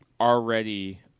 Already